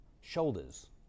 shoulders